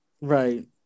Right